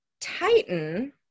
Titan